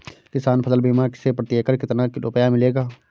किसान फसल बीमा से प्रति एकड़ कितना रुपया मिलेगा?